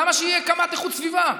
למה שיהיה קמ"ט איכות סביבה?